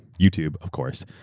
youtube, of course.